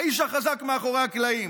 האיש החזק מאחורי הקלעים.